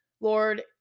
Lord